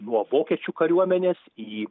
nuo vokiečių kariuomenės į